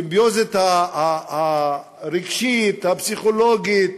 הסימביוזה הרגשית, הפסיכולוגית,